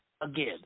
again